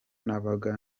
nabaga